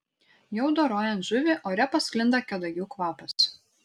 jau dorojant žuvį ore pasklinda kadagių kvapas